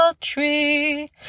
tree